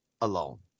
alone